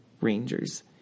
rangers